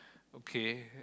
okay